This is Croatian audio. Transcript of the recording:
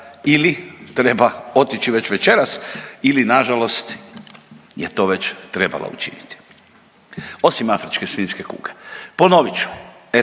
ili treba otići već večeras ili nažalost je to već trebala učiniti. Osim afričke svinjske kuge